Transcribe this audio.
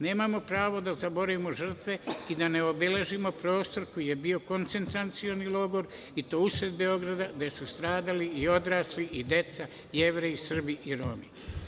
Nemamo pravo da zaboravimo žrtve, i da ne obeležimo prostor koji je bio koncentracioni logor, i to usred Beograda, gde su stradali i odrasli i deca i Jevreji i Srbi i Romi.